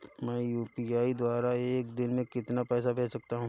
मैं यू.पी.आई द्वारा एक दिन में कितना पैसा भेज सकता हूँ?